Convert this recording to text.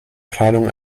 planung